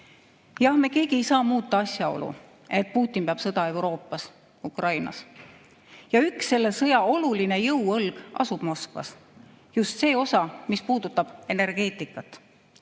Jah, me keegi ei saa muuta asjaolu, et Putin peab sõda Euroopas, Ukrainas. Üks selle sõja oluline jõuõlg asub Moskvas – just see osa, mis puudutab energeetikat.